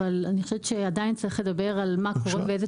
אבל אני חושבת שעדיין צריך לדבר על מה קורה ואיזו